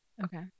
okay